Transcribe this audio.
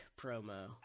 promo